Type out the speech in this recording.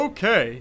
Okay